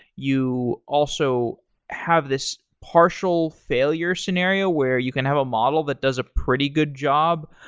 you also have this partial failure scenario where you can have a model that does a pretty good job,